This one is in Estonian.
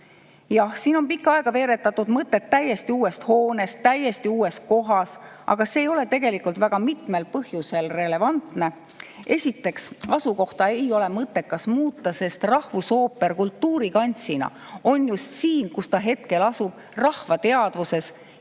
Jah, siin on pikka aega veeretatud mõtet täiesti uuest hoonest täiesti uues kohas, aga see ei ole tegelikult väga mitmel põhjusel relevantne. Esiteks, asukohta ei ole mõttekas muuta, sest rahvusooper kultuurikantsina on just siin, kus ta hetkel asub – rahva teadvuses –,